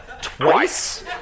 Twice